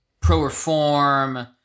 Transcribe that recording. pro-reform